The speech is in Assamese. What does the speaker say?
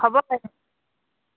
হ'ব বাইদেউ